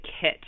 kit